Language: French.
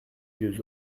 vieux